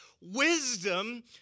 wisdom